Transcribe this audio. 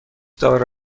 دائره